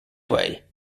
way